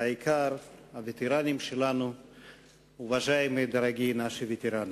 והעיקר, הווטרנים המכובדים והיקרים שלנו,